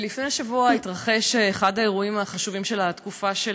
לפני שבוע התרחש אחד האירועים החשובים של התקופה שלנו.